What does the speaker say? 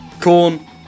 Corn